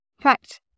fact